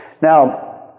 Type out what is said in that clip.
Now